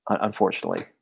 unfortunately